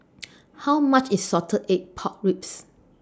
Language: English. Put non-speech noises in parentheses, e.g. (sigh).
(noise) How much IS Salted Egg Pork Ribs